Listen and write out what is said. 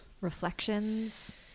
reflections